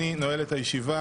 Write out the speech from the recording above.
אני נועל את הישיבה.